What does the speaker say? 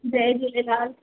Jay Jhulelal